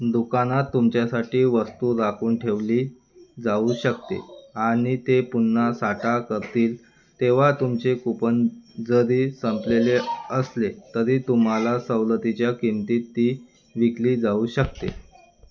दुकानात तुमच्यासाठी वस्तू राखून ठेवली जाऊ शकते आणि ते पुन्हा साठा करतील तेव्हा तुमचे कूपन जरी संपलेले असले तरी तुम्हाला सवलतीच्या किमतीत ती विकली जाऊ शकते